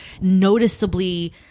noticeably